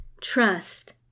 trust